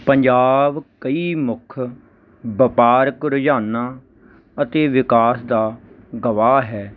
ਪੰਜਾਬ ਕਈ ਮੁੱਖ ਵਪਾਰਕ ਰੁਝਾਨਾਂ ਅਤੇ ਵਿਕਾਸ ਦਾ ਗਵਾਹ ਹੈ